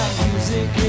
music